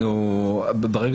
ברגע